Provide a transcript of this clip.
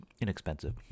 inexpensive